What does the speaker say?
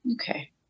Okay